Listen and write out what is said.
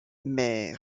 mais